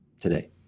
today